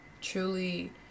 truly